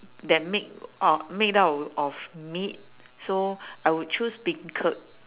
that make out made out of of meat so I would choose beancurd